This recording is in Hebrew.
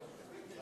לא, לא